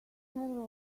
never